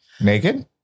naked